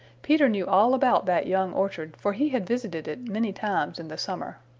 peter knew all about that young orchard, for he had visited it many times in the summer.